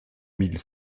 mille